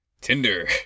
Tinder